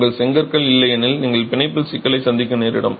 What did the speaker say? உங்கள் செங்கற்கள் இல்லையெனில் நீங்கள் பிணைப்பில் சிக்கலை சந்திக்க நேரிடும்